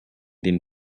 den